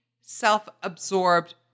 self-absorbed